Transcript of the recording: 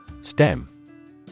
STEM